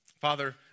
Father